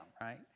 right